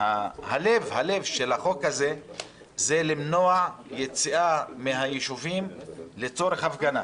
הזה הוא למנוע יציאה מיישובים לצורך הפגנה,